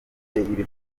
y’ibihugu